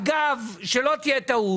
אגב, שלא תהיה טעות